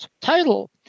title